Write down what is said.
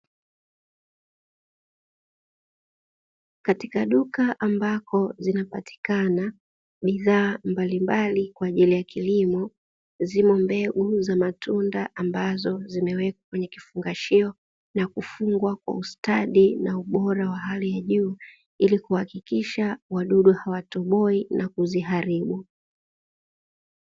Katika duka ambako zinapatikana bidhaa mbalimbali kwa ajili ya kilimo zimo mbegu za matunda, ambazo zimewekwa kwenye kifungashio na kufungwa kwa ustadi na ubora wa hali ya juu ili kuhakikisha wadudu hawatoboi na kuziharibu.